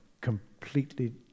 completely